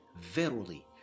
verily